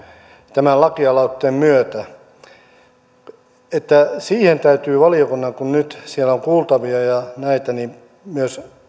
tämän lakialoitteen myötä täytyy valiokunnan kun nyt siellä on kuultavia ja näitä myös